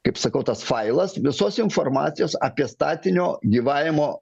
kaip sakau tas failas visos informacijos apie statinio gyvavimo